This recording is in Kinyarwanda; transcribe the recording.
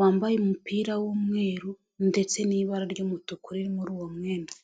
wambaye umupira w'umweru ndetse n'ibara ry'umutuku ri muri uwo mwenda.